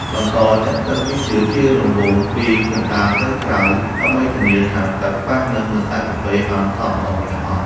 បន្តចាក់ទឹកយឺតៗជារង្វង់ពីកណ្ដាលទៅក្រៅ ដើម្បីធានាថាទឹកប៉ះនឹងម្សៅកាហ្វេបានសព្វល្អទាំងអស់។